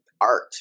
art